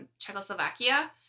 Czechoslovakia